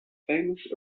famous